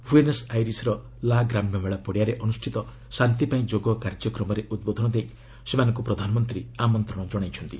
Buenos Aires ର 'ଲା ଗ୍ରାମ୍ୟ ମେଳା' ପଡ଼ିଆରେ ଅନୁଷ୍ଠିତ ଶାନ୍ତିପାଇଁ ଯୋଗ କାର୍ଯ୍ୟକ୍ରମରେ ଉଦ୍ବୋଧନ ଦେଇ ସେମାନଙ୍କୁ ପ୍ରଧାନମନ୍ତ୍ରୀ ଆମନ୍ତଣ ଜଣାଇଛନ୍ତି